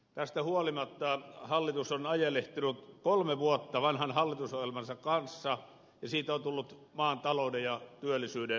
tästä huolimatta hallitus on ajelehtinut kolme vuotta vanhan hallitusohjelmansa kanssa ja siitä on tullut maan talouden ja työllisyyden uppotukki